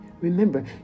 Remember